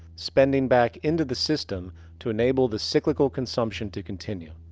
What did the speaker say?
spending back into the system to enable the cyclical consumption to continue.